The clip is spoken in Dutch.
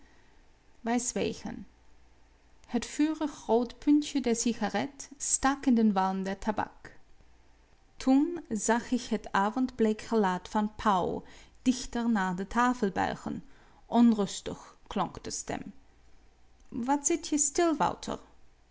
wij zwegen het vurig rood puntje der cigaret stak in den walm der tabak toen zag ik het avondbleek gelaat van pauw dichter naar de tafel buigen onrustig klonk de stem wat zit je stil wouter